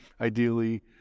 ideally